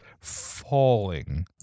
falling